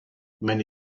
many